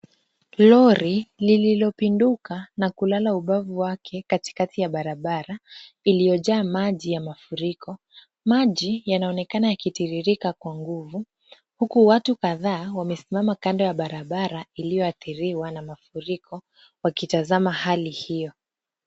Lori lililopinduka na kulala ubavu wake katikati ya barabara iliyojaa maji ya mafuriko. Maji yanaonekana yakitiririka kwa nguvu, huku watu kadhaa wamesimama kando ya barabara iliyoathiriwa na mafuriko, wakitazama hali hiyo.